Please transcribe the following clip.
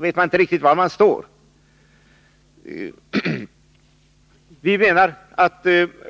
vet man ju inte riktigt var man står.